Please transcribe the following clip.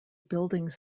buildings